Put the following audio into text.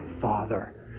Father